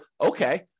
okay